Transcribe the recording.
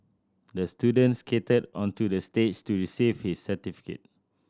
the student skated onto the stage to receive his certificate